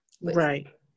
Right